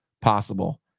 possible